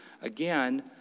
Again